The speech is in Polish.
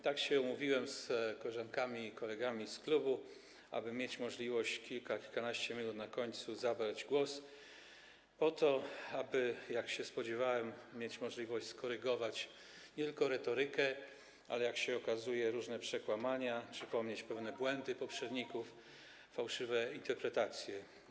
Tak się umówiłem z koleżankami i kolegami z klubu, aby mieć możliwość przez kilka, kilkanaście minut na końcu zabrać głos, po to by - jak się spodziewałem - mieć możliwość skorygować nie tylko retorykę, ale też, jak się okazuje, różne przekłamania, żeby przypomnieć pewne błędy poprzedników, fałszywe interpretacje.